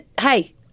hey